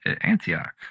antioch